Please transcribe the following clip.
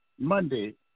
Monday